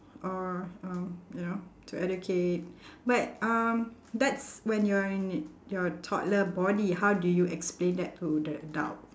or uh you know to educate but um that's when you're in your toddler body how do you explain that to the adult